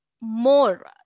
more